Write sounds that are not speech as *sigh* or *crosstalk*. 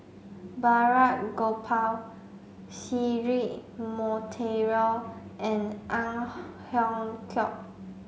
Balraj Gopal Cedric Monteiro and Ang *unintelligible* Hiong Chiok